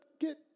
get